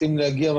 מנסים להגיע,